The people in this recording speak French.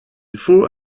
faut